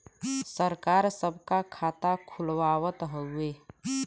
सरकार सबका खाता खुलवावत हउवे